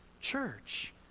church